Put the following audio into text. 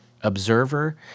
observer